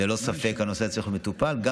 ללא ספק הנושא צריך להיות מטופל גם